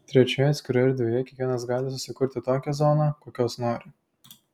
trečioje atskiroje erdvėje kiekvienas gali susikurti tokią zoną kokios nori